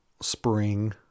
spring